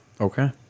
Okay